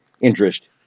interest